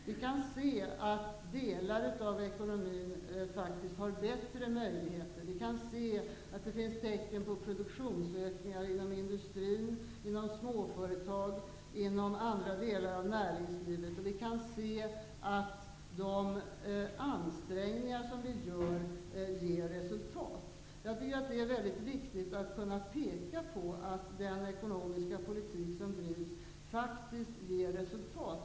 Vi kan se att det för delar av ekonomin faktiskt finns bättre möjigheter, vi kan se att det finns tecken på produktionsökningar inom industrin, inom småföretag och inom andra delar av näringslivet, och vi kan se att de ansträngningar som vi gör ger resultat. Det är viktigt att kunna peka på att den ekonomiska politik som drivs faktiskt ger resultat.